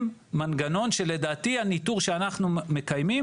מנגנון שלדעתי הניתור שאנחנו מקיימים,